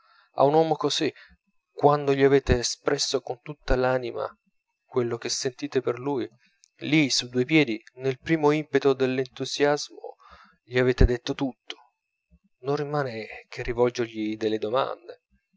a un uomo così quando gli avete espresso con tutta l'anima quello che sentite per lui lì su due piedi nel primo impeto dell'entusiasmo gli avete detto tutto non rimane che rivolgergli delle domande